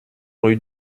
rue